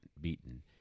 beaten